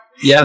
Yes